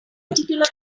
particular